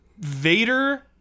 Vader